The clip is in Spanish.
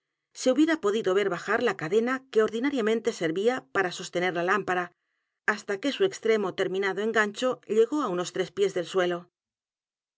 se hubiera podido ver bajar la cadena que ordinariamente servía p a r a sostener la lámpara hasta que su extremo terminado en gancho llegó á unos tres pies del suelo